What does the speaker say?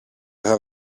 have